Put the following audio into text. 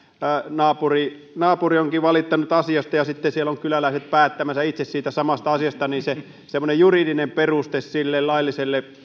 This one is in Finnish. naapuri naapuri onkin valittanut asiasta ja sitten siellä ovat kyläläiset päättämässä itse siitä samasta asiasta jolloin semmoinen juridinen peruste lailliselle